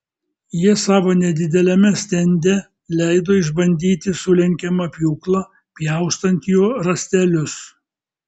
jie savo nedideliame stende leido išbandyti sulenkiamą pjūklą pjaustant juo rąstelius